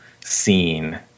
scene